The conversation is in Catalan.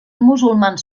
musulmans